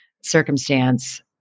circumstance